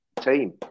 team